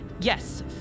Yes